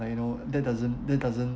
like you know that doesn't that doesn't